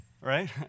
right